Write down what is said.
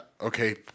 okay